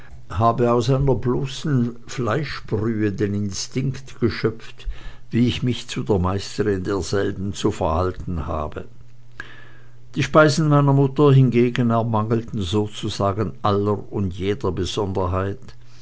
habe aus einer bloßen fleischbrühe den instinkt geschöpft wie ich mich zu der meisterin derselben zu verhalten habe die speisen meiner mutter hingegen ermangelten sozusagen aller und jeder besonderheit